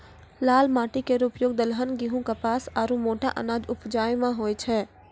लाल माटी केरो उपयोग दलहन, गेंहू, कपास आरु मोटा अनाज उपजाय म होय छै